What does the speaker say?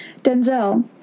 Denzel